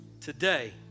Today